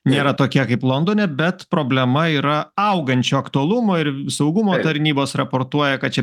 nėra tokie kaip londone bet problema yra augančio aktualumo ir saugumo tarnybos raportuoja kad čia